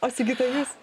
o sigita jūs